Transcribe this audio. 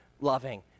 loving